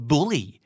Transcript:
Bully